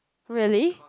really